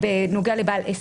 בנוגע לבעל עסק.